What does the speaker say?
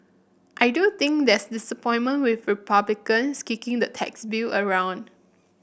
I do think there's disappointment with Republicans kicking the tax bill around